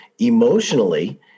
emotionally